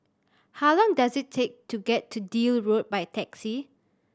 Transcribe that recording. how long does it take to get to Deal Road by taxi